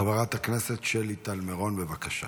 חברת הכנסת שלי טל מירון, בבקשה.